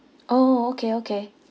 orh okay okay